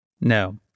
No